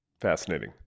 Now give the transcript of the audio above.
Fascinating